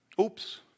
Oops